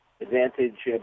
Advantage